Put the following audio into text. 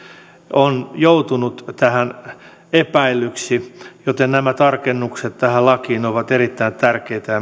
on joutunut epäillyksi joten nämä tarkennukset tähän lakiin ovat erittäin tärkeitä ja